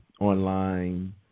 online